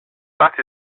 that